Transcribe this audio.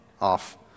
off